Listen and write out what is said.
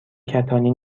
کتانی